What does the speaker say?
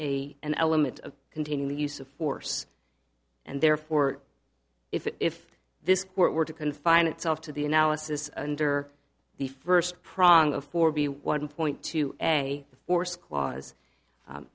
a an element of containing the use of force and therefore if this were to confine itself to the analysis under the first prong of corby one point to a force cla